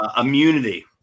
immunity